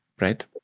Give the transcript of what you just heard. right